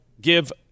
give